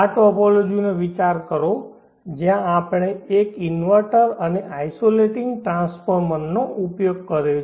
આ ટોપોલોજીનો વિચાર કરો જ્યાં આપણે એક ઇન્વર્ટર અને આઇસોલેટિંગ ટ્રાન્સફોર્મરનો ઉપયોગ કર્યો છે